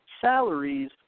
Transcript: Salaries